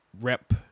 rep